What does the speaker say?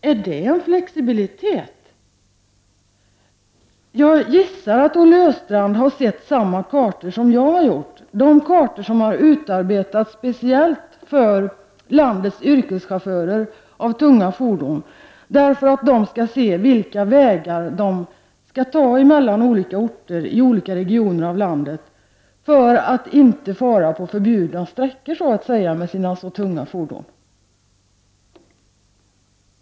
Är det flexibilitet? Jag gissar att Olle Östrand har tagit del av samma kartor som jag, dvs. de kartor som har utarbetats speciellt för de av landets yrkeschaufförer som kör tunga fordon. Chaufförerna skall av dessa kartor kunna utläsa vilka vägar de kan ta mellan olika orter i olika regioner av landet för att inte fara på förbjudna sträckor med sina tunga fordon.